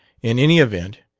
in any event,